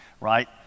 right